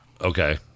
okay